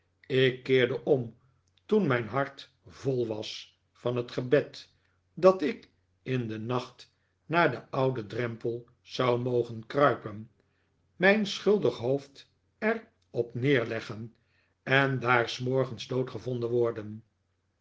ik keerde om toen mpn hart vol was van het gebed dat ik in den nacht naar den ouden drempel zou mogen kruipen mijn schuldig hoofd er op neerleggen en daar s morgens dood gevonden worden